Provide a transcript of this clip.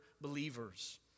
believers